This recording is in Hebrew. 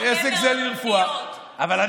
עסק זה לרפואה, פינדרוס, אתה